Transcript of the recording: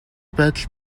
байдалд